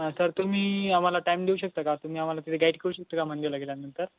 sir तुम्ही आम्हाला time देऊ शकता का तुम्ही आम्हाला तिथं गाईड करू शकता का मंदिरला गेल्यानंतर